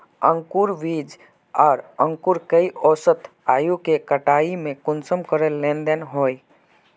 अंकूर बीज आर अंकूर कई औसत आयु के कटाई में कुंसम करे लेन देन होए?